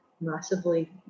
massively